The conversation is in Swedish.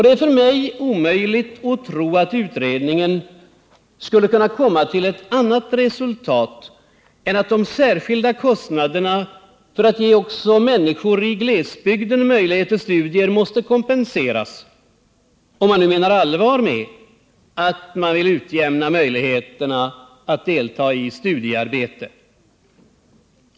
Det är för mig omöjligt att tro att utredningen skulle kunna komma till ett annat resultat än att de särskilda kostnaderna för att ge också människor i glesbygden möjlighet till studier måste kompenseras — om man nu menar allvar med att man vill utjämna möjligheterna att delta i studiearbetet.